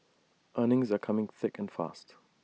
earnings are coming thick and fast